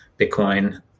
Bitcoin